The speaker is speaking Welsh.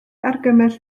argymell